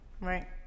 Right